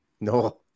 No